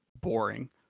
boring